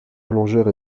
plongeurs